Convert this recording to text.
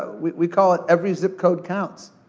ah we we call it, every zip code counts.